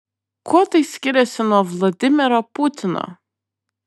kuo tai skiriasi nuo vladimiro putino